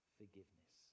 forgiveness